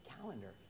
calendar